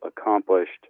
accomplished